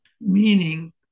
meaning